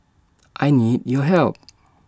I need your help